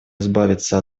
избавиться